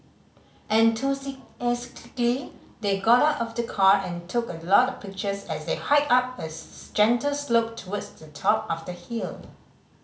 enthusiastically they got out of the car and took a lot of pictures as they hiked up a gentle slope towards the top of the hill